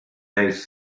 mouse